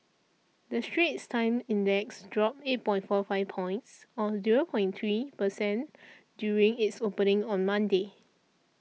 the Straits Times Index dropped eight point four five points or zero point three per cent during its opening on Monday